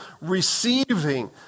receiving